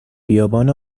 بیابان